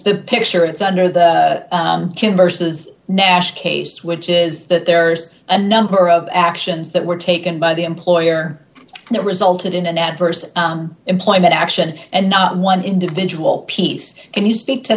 the picture it's under the vs nash case which is that there's a number of actions that were taken by the employer that resulted in an adverse employment action and not one individual piece and you speak to